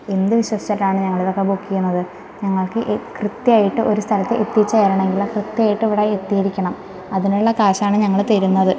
എന്ത് വിശ്വസിച്ചിട്ടാണ് ഞങ്ങളിതക്കെ ബുക്ക് ചെയ്ണത് ഞങ്ങൾക്ക് ഇ കൃത്യമായിട്ട് ഒരു സ്ഥലത്ത് എത്തിച്ചേരണെങ്കിൽ കൃത്യമായിട്ടിവടെ എത്തിയിരിക്കണം അതിനുള്ള കാശാണ് ഞങ്ങൾ തരുന്നത്